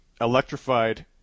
electrified